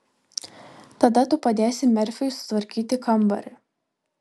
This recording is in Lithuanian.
tada tu padėsi merfiui sutvarkyti kambarį